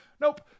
Nope